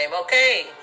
okay